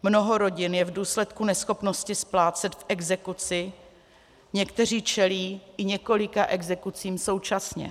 Mnoho rodin je v důsledku neschopnosti splácet v exekuci, někteří čelí i několika exekucím současně.